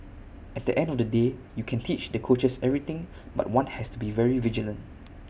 at the end of the day you can teach the coaches everything but one has to be very vigilant